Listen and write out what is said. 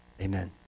Amen